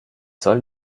soll